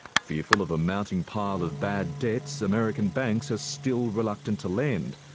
fearful of a mounting pile of bad debts, american banks are still reluctant to lend,